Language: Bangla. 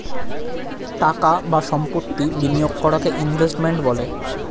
টাকা বা সম্পত্তি বিনিয়োগ করাকে ইনভেস্টমেন্ট বলে